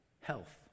Health